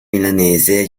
milanese